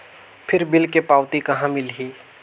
फिर बिल के पावती कहा मिलही?